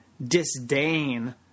disdain